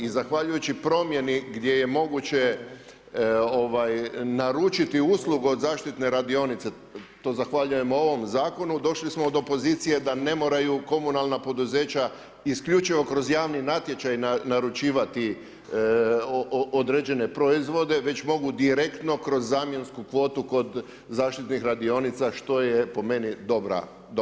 I zahvaljujući promjeni gdje je moguće naručiti uslugu od zaštitne radionice, to zahvaljujem ovom zakonu došli smo do pozicije da ne moraju komunalna poduzeća isključivo kroz javni natječaj naručivati određene proizvode, već mogu direktno kroz zamjensku kvotu kod zaštitnih radionica što je po meni dobra pozicija.